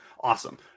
Awesome